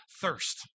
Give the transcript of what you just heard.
thirst